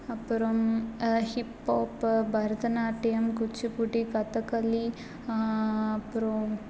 அப்புறம் ஹிப்பாப்பு பரதநாட்டியம் குச்சிப்புடி கதகளி அப்புறம்